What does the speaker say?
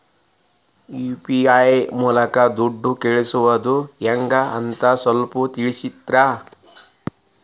UPI ಮೂಲಕ ದುಡ್ಡು ಕಳಿಸೋದ ಹೆಂಗ್ ಅಂತ ಸ್ವಲ್ಪ ತಿಳಿಸ್ತೇರ?